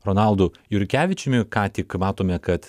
ronaldu jurkevičiumi ką tik matome kad